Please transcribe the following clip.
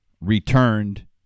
returned